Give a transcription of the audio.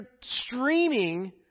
streaming